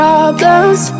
Problems